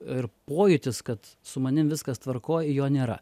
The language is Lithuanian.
ir pojūtis kad su manim viskas tvarkoj jo nėra